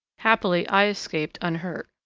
happily i escaped unhurt,